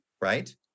right